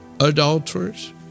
Adulterers